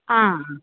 आं हां